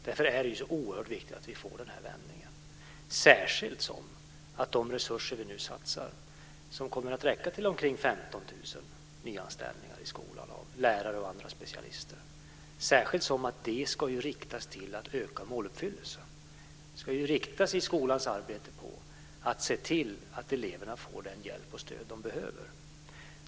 Därför är det så oerhört viktigt att vi får den här vändningen, särskilt som de resurser vi nu satsar - som kommer att räcka till omkring 15 000 nyanställningar i skolan av lärare och andra specialister - ska riktas mot att öka måluppfyllelsen. De ska i skolans arbete riktas mot att se till att eleverna får den hjälp och det stöd de behöver.